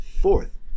fourth